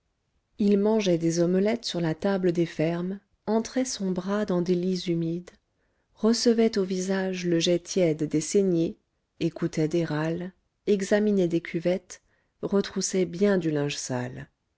il mangeait des omelettes sur la table des fermes entrait son bras dans des lits humides recevait au visage le jet tiède des saignées écoutait des râles examinait des cuvettes retroussait bien du linge sale